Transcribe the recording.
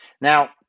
Now